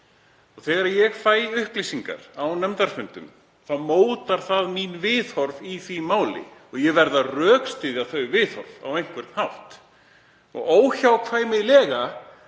Þegar ég fæ upplýsingar á nefndarfundum mótar það viðhorf mín í því máli og ég verð að rökstyðja þau viðhorf á einhvern hátt. Óhjákvæmilega